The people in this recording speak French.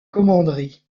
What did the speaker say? commanderie